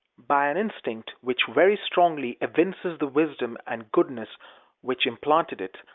by an instinct which very strongly evinces the wisdom and goodness which implanted it,